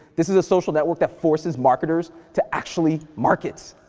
this is a social network that forces marketers to actually market.